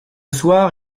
soir